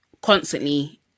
constantly